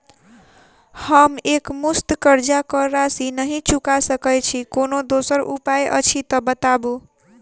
हम एकमुस्त कर्जा कऽ राशि नहि चुका सकय छी, कोनो दोसर उपाय अछि तऽ बताबु?